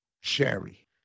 Sherry